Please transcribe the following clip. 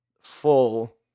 full